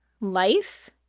life